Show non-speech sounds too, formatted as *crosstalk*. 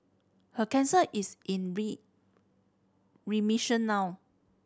her cancer is in *unintelligible* remission now